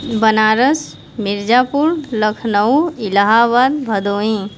Banaras Mirzapur Lucknow Allahabad Bhadohi